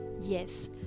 Yes